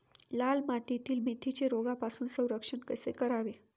लाल मातीतील मेथीचे रोगापासून संरक्षण कसे करावे?